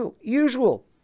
usual